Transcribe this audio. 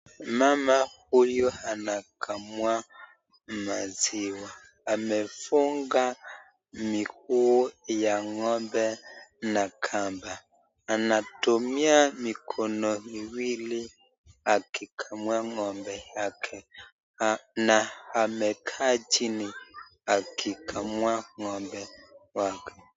Mama huyu anakamua maziwa, amefunga miguu ya ng'ombe na kamba, anatumia mikono miwili akikamua ng'ombe yake na amekaa chini akikamua ng'ombe wake.